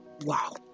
Wow